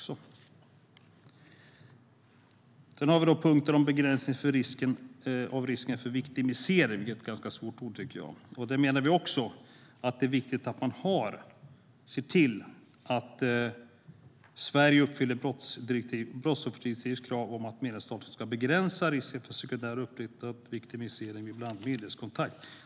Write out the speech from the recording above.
Sedan har vi punkten om begränsning av risken för viktimisering - det är ett ganska svårt ord, tycker jag - där vi menar att det är viktigt att man ser till att Sverige uppfyller brottsofferdirektivets krav om att medlemsstater ska begränsa risken för sekundär upprepning av viktimisering vid bland annat myndighetskontakt.